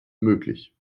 möglich